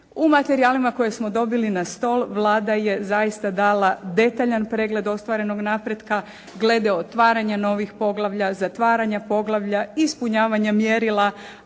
u materijalima koje smo dobili na stol Vlada je zaista dala detaljan pregled ostvarenog napretka glede otvaranja novih poglavlja, zatvaranja poglavlja, ispunjavanja mjerila,